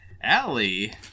Allie